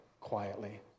quietly